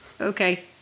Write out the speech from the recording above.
okay